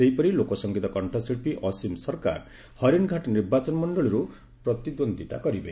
ସେହିଭଳି ଲୋକସଙ୍ଗୀତ କଣ୍ଠଶିଳ୍ପୀ ଅସିମ୍ ସରକାର ହରିନ୍ଘାଟ ନିର୍ବାଚନ ମଣ୍ଡଳୀରୁ ପ୍ରତିଦ୍ୱନ୍ଦ୍ୱିତା କରିବେ